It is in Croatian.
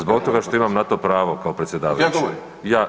Zbog toga što imam na to pravo kao predsjedavajući.